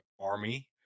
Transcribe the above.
Army